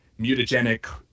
mutagenic